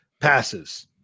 passes